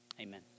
amen